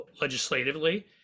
legislatively